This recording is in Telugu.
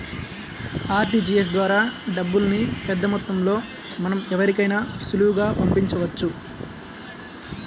ఆర్టీజీయస్ ద్వారా డబ్బుల్ని పెద్దమొత్తంలో మనం ఎవరికైనా సులువుగా పంపించవచ్చు